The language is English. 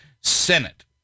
Senate